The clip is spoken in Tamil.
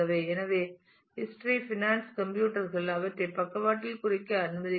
எனவே வரலாற்று ஃபைனான்ஸ் கம்ப்யூட்டர் கள் அவற்றை பக்கவாட்டில் குறிக்க அனுமதிக்கிறேன்